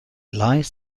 lies